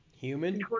human